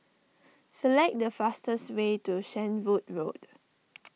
select the fastest way to Shenvood Road